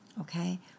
Okay